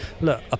look